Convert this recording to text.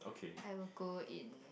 I will go in